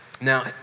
Now